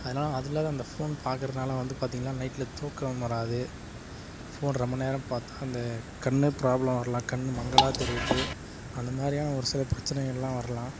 அதனால் அதில் தான் அந்த ஃபோன் பார்க்கறதுனால வந்து பார்த்தீங்கள்னா நைட்டில் தூக்கம் வராது ஃபோன் ரொம்ப நேரம் பார்த்தா அந்த கண்ணு ப்ராப்ளம் வரலாம் கண் மங்கலாக தெரியுது அந்த மாதிரியான ஒரு சில பிரச்சனைகள்லாம் வரலாம்